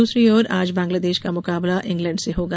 दूसरी ओर आज बांग्लादेश का मुकाबला इंग्लैंड से होगा